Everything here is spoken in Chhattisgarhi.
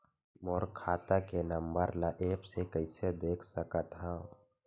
मोर खाता के नंबर ल एप्प से कइसे देख सकत हव?